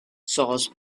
sauce